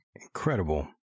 Incredible